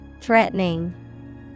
Threatening